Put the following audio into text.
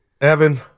Evan